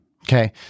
Okay